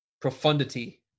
profundity